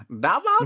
Double